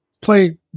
play